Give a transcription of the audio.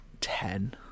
ten